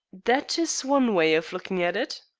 that is one way of looking at it.